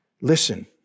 Listen